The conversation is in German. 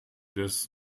des